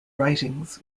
writings